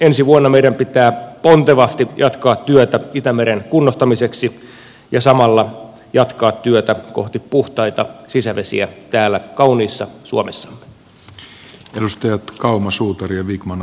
ensi vuonna meidän pitää pontevasti jatkaa työtä itämeren kunnostamiseksi ja samalla jatkaa työtä kohti puhtaita sisävesiä täällä kauniissa suomessamme